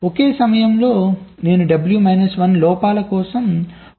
ఒక సమయంలో నేను W మైనస్ 1 లోపాల కోసం ప్రవర్తనను సూచించగలను